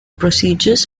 procedures